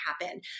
happen